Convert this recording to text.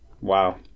Wow